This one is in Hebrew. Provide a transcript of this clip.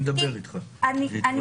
של